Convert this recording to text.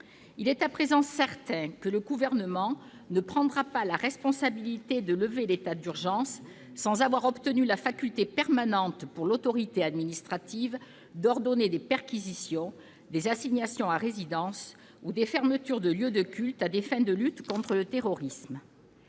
Il est à présent certain que le Gouvernement ne prendra pas la responsabilité de lever l'état d'urgence sans avoir obtenu la faculté permanente, pour l'autorité administrative, d'ordonner des perquisitions, des assignations à résidence ou des fermetures de lieux de culte à des fins de lutte contre le terrorisme.